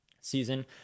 season